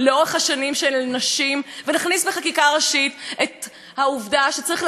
ונכניס בחקיקה ראשית את העובדה שצריך לתת לנשים לטבול על-פי מנהגן.